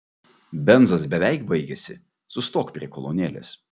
benzas beveik baigėsi sustok prie kolonėlės